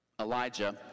Elijah